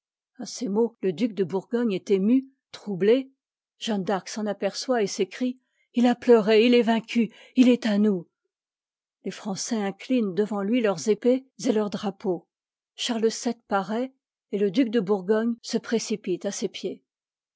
a ces mots le duc de bourgogne est ému troublé jeanne d'arc s'en aperçoit et s'écrie i a pleuré il est vaincu il est à nous les français inclinent devant lui leurs épées et leurs drapeaux charles vii paraît et le due de bourgogne se précipite à ses pieds